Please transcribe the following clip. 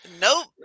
nope